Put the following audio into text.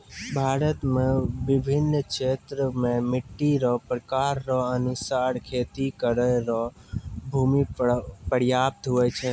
भारत मे बिभिन्न क्षेत्र मे मट्टी रो प्रकार रो अनुसार खेती करै रो भूमी प्रयाप्त हुवै छै